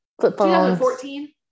2014